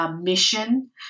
mission